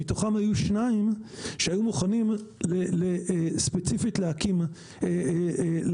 מתוכם היו שניים שהיו מוכנים ספציפית להקים שכונות.